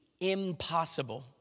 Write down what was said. impossible